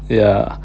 ya